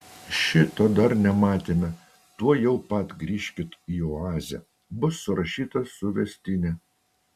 šito dar nematėme tuojau pat grįžkit į oazę bus surašyta suvestinė